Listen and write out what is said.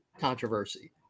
controversy